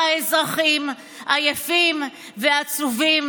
לא רואה כמה האזרחים עייפים ועצובים,